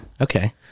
Okay